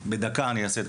בפילוסופיה שלי, אני בעד שכל